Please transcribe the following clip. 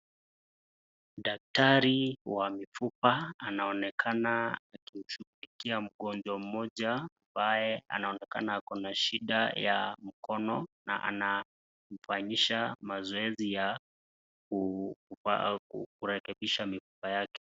Daktari wa mifupa anaonekana akumshughulikia mgonjwa mmoja ambaye anaonekana akona shida ya mkono na anamfanyisha mazoezi ya kurekebisha mifupa yake.